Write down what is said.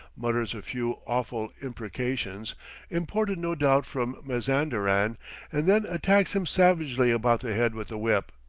mutters a few awful imprecations imported, no doubt, from mazanderan and then attacks him savagely about the head with the whip.